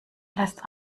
lässt